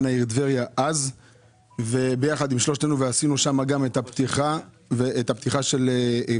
העיר טבריה ביחד עם שלושתנו ועשינו שם את הפתיחה של השדולה.